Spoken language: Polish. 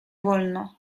wolno